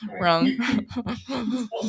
wrong